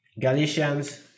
galatians